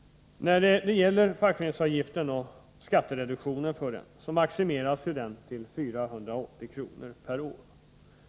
Denna skattereduktion maximeras till 480 kr. per år.